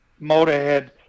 Motorhead